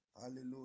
Hallelujah